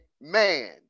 man